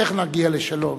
איך נגיע לשלום?